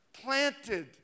planted